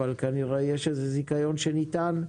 אבל כנראה יש זיכיון שניתן.